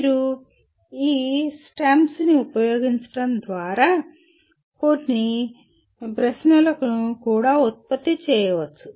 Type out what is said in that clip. మీరు ఈ STEMS ని ఉపయోగించడం ద్వారా మరిన్ని ప్రశ్నలను కూడా ఉత్పత్తి చేయవచ్చు